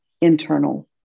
internal